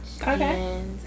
Okay